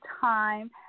time